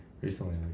recently